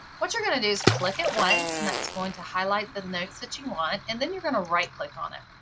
what you're going to do is click it once and that's going to highlight the notes that you want and then you're going to right-click on it